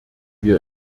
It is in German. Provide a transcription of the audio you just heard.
wir